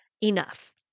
enough